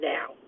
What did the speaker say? Now